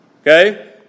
Okay